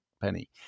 Penny